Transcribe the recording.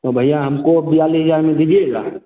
तो भैया हमको बयालीस दीजिएगा